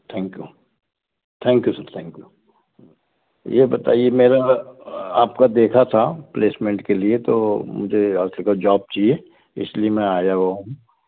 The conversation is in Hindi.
थैंक्यू थैंक्यू सर थैंक्यू ये बताइए मेरा आपका देखा था प्लेसमेंट के लिए तो मुझे आपके पास जॉब चाहिए इसलिए मैं आया हुआ हूँ